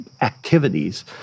activities